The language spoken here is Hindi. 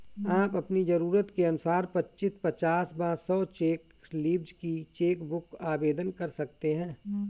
आप अपनी जरूरत के अनुसार पच्चीस, पचास व सौ चेक लीव्ज की चेक बुक आवेदन कर सकते हैं